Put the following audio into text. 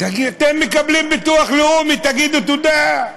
אתם מקבלים ביטוח לאומי, תגידו תודה.